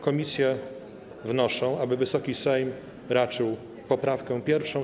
Komisje wnoszą, aby Wysoki Sejm raczył poprawkę 1.